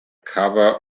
cover